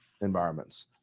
environments